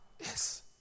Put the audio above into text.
Yes